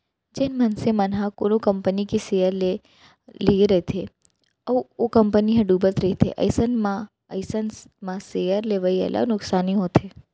जेन मनसे मन ह कोनो कंपनी के सेयर ल लेए रहिथे अउ ओ कंपनी ह डुबत रहिथे अइसन म अइसन म सेयर लेवइया ल नुकसानी होथे